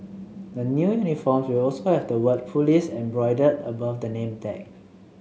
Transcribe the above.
the new uniforms will also have the word police embroidered above the name tag